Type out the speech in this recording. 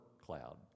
Cloud